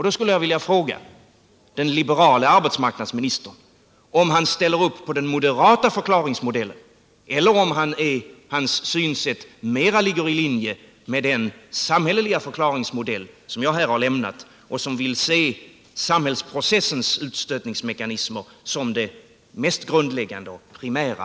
Då skulle jag vilja fråga den liberale arbetsmarknadsministern om han ställer upp på den moderata förklaringsmodellen eller om hans synsätt ligger mera i linje med den samhälleliga förklaringsmodell som jag här har redogjort för och som vill se samhällsprocessens utstötningsmekanismer som det mest grundläggande och primära.